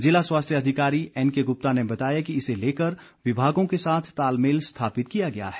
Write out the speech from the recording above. जिला स्वास्थ्य अधिकारी एनकेगुप्ता ने बताया कि इसे लेकर विभागों के साथ तालमेल स्थापित किया गया है